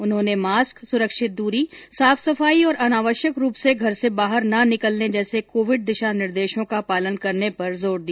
उन्होंने मास्क सुरक्षित दूरी साफ सफाई और अनावश्यक रूप से घर से बाहर ना निकलने जैसे कोविड दिशा निर्देशों का पालन करने पर जोर दिया